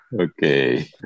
Okay